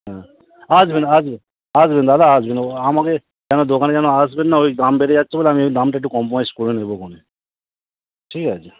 হুম আসবেন আসবেন আসবেন দাদা আসবেন ও আমাকে কেন দোকানে কেন আসবেন না ওই দাম বেড়ে যাচ্ছে বলে আমি ওই দামটা একটু কম্প্রোমাইজ করে নেব খনে ঠিক আছে